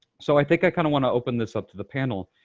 so i think i kind of want to open this up to the panel.